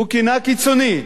הוא כינה קיצוני.